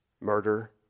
Murder